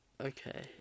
okay